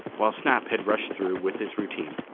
while snap had rushed through with his routine,